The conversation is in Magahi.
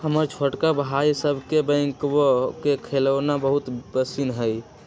हमर छोटका भाई सभके बैकहो के खेलौना बहुते पसिन्न हइ